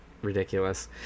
ridiculous